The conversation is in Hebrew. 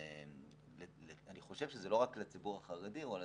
אני חושב שזה לא רק לציבור החרדי או הדתי,